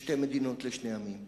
לשתי מדינות לשני עמים,